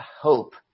hope